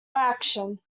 action